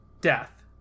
death